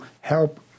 help